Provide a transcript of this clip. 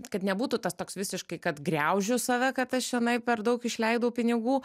kad nebūtų tas toks visiškai kad griaužiu save kad aš čionai per daug išleidau pinigų